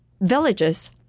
villages